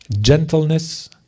gentleness